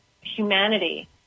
humanity